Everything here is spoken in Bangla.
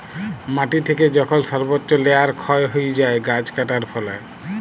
মাটি থেকে যখল সর্বচ্চ লেয়ার ক্ষয় হ্যয়ে যায় গাছ কাটার ফলে